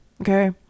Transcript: okay